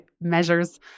measures